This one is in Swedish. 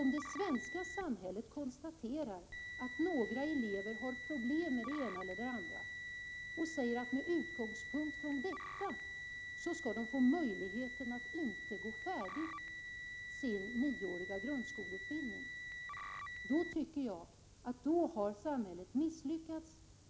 Om det svenska samhället konstaterar att några elever har problem med det ena eller andra och säger att de med utgångspunkt i detta skall få möjlighet att inte gå färdigt sin nioåriga grundskoleutbildning, då har samhället misslyckats.